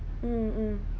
mm mm